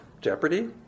jeopardy